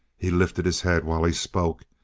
he lifted his head while he spoke.